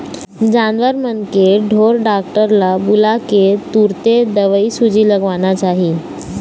जानवर मन के ढोर डॉक्टर ल बुलाके तुरते दवईसूजी लगवाना चाही